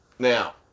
Now